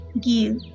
give